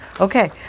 Okay